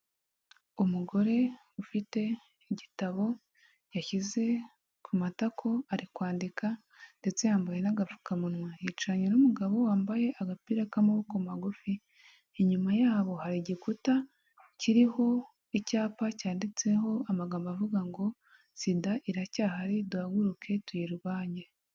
Umugore ufite igitabo yashyize ku matako ari kwandika ndetse yambaye n'agapfukamunwa, yicaranye n'umugabo wambaye agapira k'amaboko magufi ,inyuma yabo hari igikuta kiriho icyapa cyanditseho amagambo avuga ngo sida iracyahari duhaguruke, tuyirwanye.